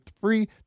free